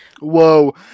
Whoa